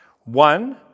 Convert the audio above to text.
One